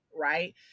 right